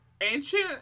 ancient